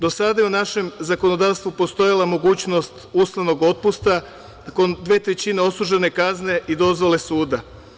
Do sada je u našem zakonodavstvu postojala mogućnost uslovnog otpusta nakon dve trećine odslužene kazne i dozvole suda.